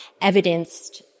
evidenced